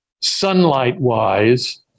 sunlight-wise